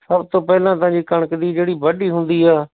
ਸਭ ਤੋਂ ਪਹਿਲਾਂ ਤਾਂ ਜੀ ਕਣਕ ਦੀ ਜਿਹੜੀ ਵਾਢੀ ਹੁੰਦੀ ਆ